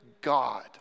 God